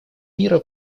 мира